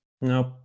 Nope